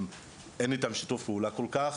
אין איתן שיתוף פעולה כל כך.